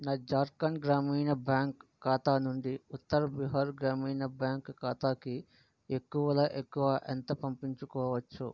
నా జార్కండ్ గ్రామీణ బ్యాంక్ ఖాతా నుండి ఉత్తర బీహార్ గ్రామీణ బ్యాంక్ ఖాతాకి ఎక్కువలో ఎక్కువ ఎంత పంపించుకోవచ్చు